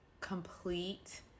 complete